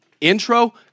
Intro